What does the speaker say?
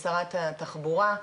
לשרת התחבורה,